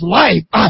life